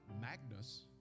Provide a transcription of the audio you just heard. Magnus